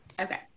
Okay